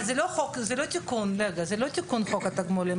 זה לא תיקון חוק התגמולים.